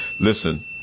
Listen